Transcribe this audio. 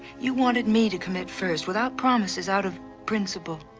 you wanted me to commit first, without promises, out of principle.